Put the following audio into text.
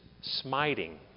smiting